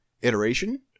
iteration